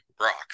rock